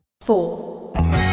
Four